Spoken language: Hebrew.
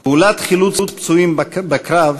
פעולת חילוץ פצועים בקרב